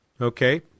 Okay